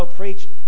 preached